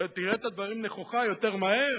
אתה תראה את הדברים נכוחה יותר מהר.